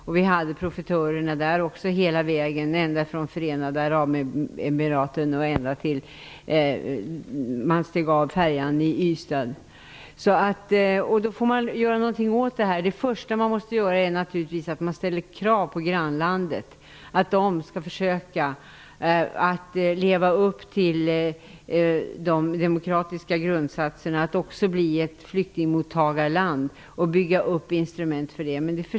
Också där fanns det profitörer hela vägen, ända från Förenade Arabemiraten och fram till dess att flyktingarna steg av färjan i Ystad. Då får vi lov att göra någonting åt det här, och det första vi måste göra är att ställa krav på våra grannländer om att man där skall försöka leva upp till de demokratiska grundsatserna genom att också bli flyktingmottagarländer och bygga upp instrument för ett flyktingmottagande.